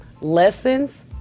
Lessons